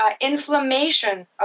Inflammation